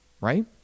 right